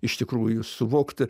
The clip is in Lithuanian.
iš tikrųjų suvokt